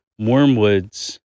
wormwoods